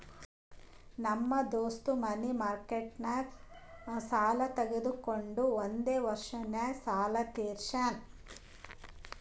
ನಮ್ ದೋಸ್ತ ಮನಿ ಮಾರ್ಕೆಟ್ನಾಗ್ ಸಾಲ ತೊಗೊಂಡು ಒಂದೇ ವರ್ಷ ನಾಗ್ ಸಾಲ ತೀರ್ಶ್ಯಾನ್